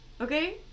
Okay